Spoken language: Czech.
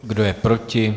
Kdo je proti?